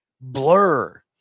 blur